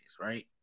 right